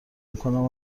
میکنم